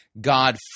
God